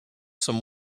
some